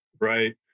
right